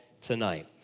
tonight